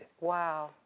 Wow